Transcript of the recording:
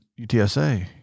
UTSA